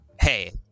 hey